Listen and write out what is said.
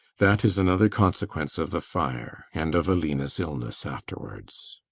that is another consequence of the fire and of aline's illness afterwards.